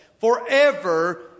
forever